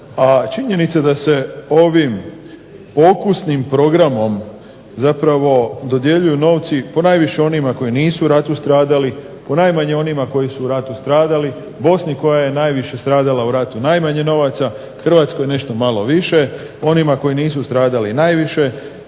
A činjenica da se ovim pokusnim programom zapravo dodjeljuju novci ponajviše onima koji nisu u ratu stradali, ponajmanje onima koji su u ratu stradali. Bosni koja je najviše stradala u ratu, najmanje novaca, Hrvatskoj nešto malo više. Onima koji nisu stradali najviše